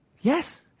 Yes